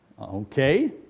Okay